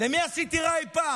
למי עשיתי רע אי פעם?